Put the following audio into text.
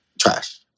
trash